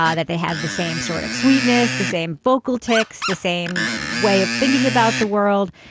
ah that they have the same sort of sweetness, the same vocal tics, the same way of thinking about the world.